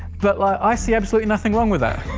but like i see absolutely nothing wrong with that.